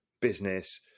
business